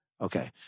Okay